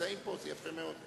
באופוזיציה בוועדת הכספים.